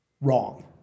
wrong